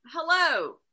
Hello